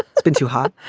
it's been too hot.